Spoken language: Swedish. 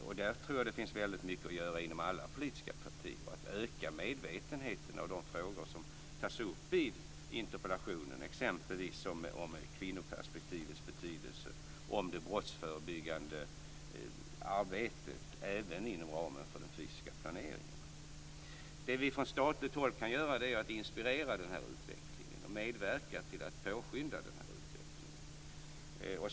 Och där tror jag att det finns väldigt mycket att göra inom alla politiska partier och att öka medvetenheten om de frågor som tas upp i interpellationen, t.ex. om kvinnoperspektivets betydelse och om det brottsförebyggandet arbetet även inom ramen för den fysiska planeringen. Det som vi från statligt håll kan göra är att inspirera den här utvecklingen och att medverka till att påskynda den här utvecklingen.